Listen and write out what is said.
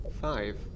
five